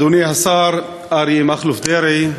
אדוני השר אריה מכלוף דרעי,